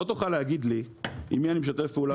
לא סליחה לא תוכל להגיד לי עם מי אני משתף פעולה.